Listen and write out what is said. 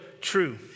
true